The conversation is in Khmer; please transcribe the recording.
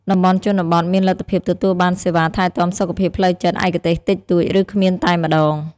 តំបន់ជនបទមានលទ្ធភាពទទួលបានសេវាថែទាំសុខភាពផ្លូវចិត្តឯកទេសតិចតួច ឬគ្មានតែម្តង។